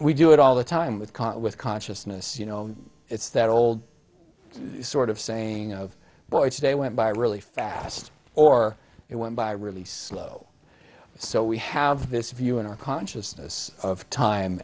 we do it all the time with caught with consciousness you know it's that old sort of saying of boy today went by really fast or it went by really slow so we have this view in our consciousness of time